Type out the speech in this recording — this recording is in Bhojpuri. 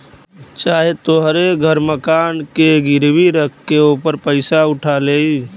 चाहे तोहरे घर मकान के गिरवी रख के ओपर पइसा उठा लेई